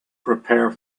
prepare